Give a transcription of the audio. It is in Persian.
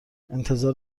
انتظار